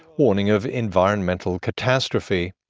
warning of environmental catastrophe.